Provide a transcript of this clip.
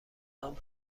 نام